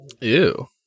Ew